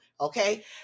okay